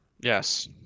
Yes